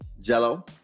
Jello